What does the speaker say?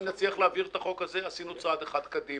אם נצליח להעביר את הצעת החוק הזאת עשינו צעד אחד קדימה.